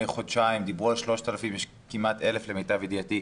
חודשיים ואז דיברו על כמעט 1,000 למיטב ידיעתי.